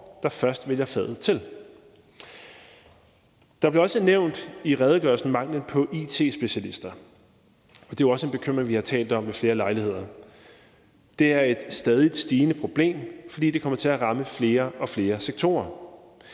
der først vælger faget til. Der bliver i redegørelsen også nævnt manglen på it-specialister. Det er også en bekymring, vi har talt om ved flere lejligheder. Det er et stadigt stigende problem, fordi det kommer til at ramme flere og flere sektorer.